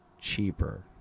cheaper